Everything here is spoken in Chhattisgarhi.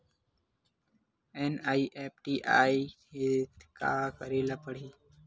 एन.ई.एफ.टी करना हे त का करे ल पड़हि?